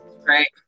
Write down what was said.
Right